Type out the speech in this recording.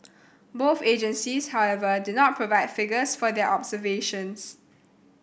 both agencies however did not provide figures for their observations